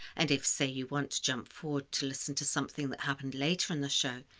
and if, say, you want to jump forward to listen to something that happened later in the show,